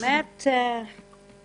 האמת היא שלא.